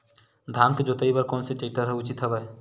धान के जोताई बर कोन से टेक्टर ह उचित हवय?